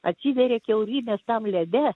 atsiveria kiaurymės tam lede